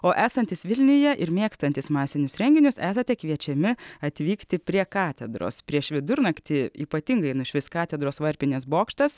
o esantys vilniuje ir mėgstantys masinius renginius esate kviečiami atvykti prie katedros prieš vidurnaktį ypatingai nušvis katedros varpinės bokštas